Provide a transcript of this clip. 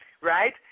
right